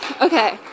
Okay